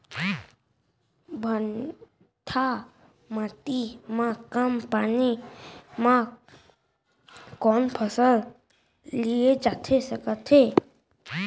भांठा माटी मा कम पानी मा कौन फसल लिए जाथे सकत हे?